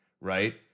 Right